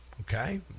Okay